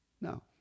No